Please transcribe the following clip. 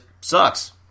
sucks